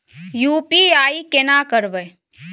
UPI केना करबे?